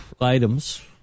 Items